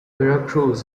veracruz